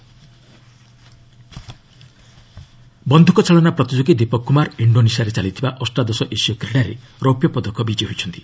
Asiad ବନ୍ଧୁକ ଚାଳନା ପ୍ରତିଯୋଗୀ ଦୀପକ କୁମାର ଇଶ୍ଡୋନେସିଆରେ ଚାଲିଥିବା ଅଷ୍ଟାଦଶ ଏସୀୟ କ୍ରୀଡ଼ାରେ ରୌପ୍ୟ ପଦକ ବିଜୟୀ ହୋଇଛନ୍ତି